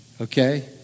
Okay